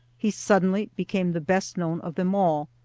he suddenly became the best known of them all.